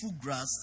grass